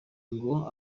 ngo